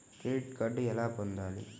Credit card ఎలా పొందాలి?